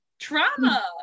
trauma